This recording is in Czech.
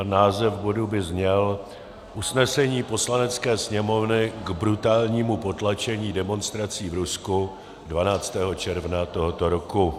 Název bodu by zněl: Usnesení Poslanecké sněmovny k brutálnímu potlačení demonstrací v Rusku 12. června tohoto roku.